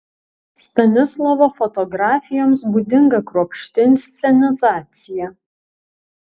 stanislovo fotografijoms būdinga kruopšti inscenizacija